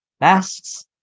Masks